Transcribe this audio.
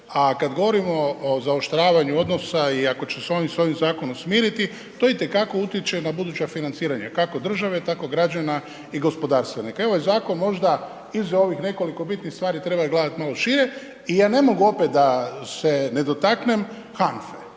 a kad govorimo o zaoštravanju odnosa i ako će se oni s ovim zakonom smiriti, to itekako utječe na buduća financiranja, kako države, tako građana i gospodarstvenika. Ovaj zakon možda iza ovih nekoliko bitnih stvari treba gledati malo šire i ja ne mogu opet da se ne dotaknem HANFA-e.